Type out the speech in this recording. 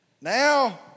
Now